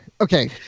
Okay